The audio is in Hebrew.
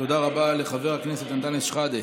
תודה רבה לחבר הכנסת אנטאנס שחאדה.